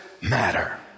matter